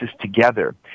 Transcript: together